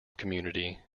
community